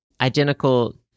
identical